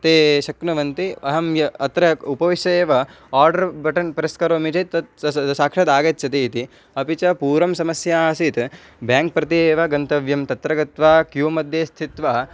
ते शक्नुवन्ति अहं य अत्र उपविश्य एव आर्डर् बटन् प्रेस् करोमि चेत् तत् साक्षात् आगच्छति इति अपि च पूर्वं समस्या आसीत् बेङ्क् प्रति एव गन्तव्यं तत्र गत्वा क्यूमध्ये स्थित्वा